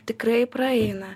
tikrai praeina